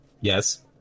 Yes